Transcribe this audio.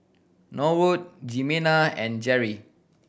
Norwood Jimena and Jerri